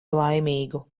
laimīgu